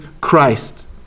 Christ